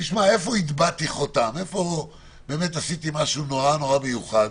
איפה הטבעתי חותם ואיפה עשיתי דבר מיוחד?